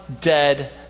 dead